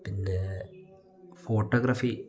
പിന്നെ ഫോട്ടോഗ്രഫി